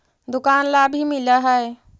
दुकान ला भी मिलहै?